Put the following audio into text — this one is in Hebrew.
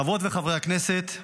חברות וחברי הכנסת,